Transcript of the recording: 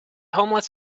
homeless